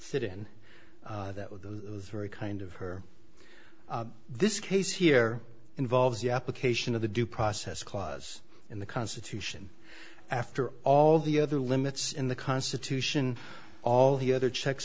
fit in that with the very kind of her this case here involves the application of the due process clause in the constitution after all the other limits in the constitution all the other checks